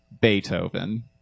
Beethoven